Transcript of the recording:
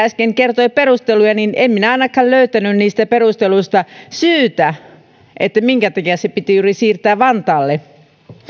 äsken kertoi perusteluja niin en minä ainakaan löytänyt niistä perusteluista syytä että minkä takia se piti siirtää juuri vantaalle